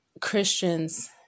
Christians